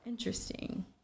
Interesting